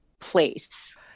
place